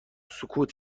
سکوت